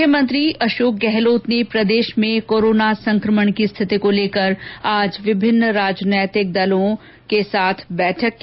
मुख्यमंत्री अशोक गहलोत ने प्रदेश में कोरोना संक्रमण की रिथति को लेकर आज विभिन्न राजनैतिक दलों के साथ बैठक की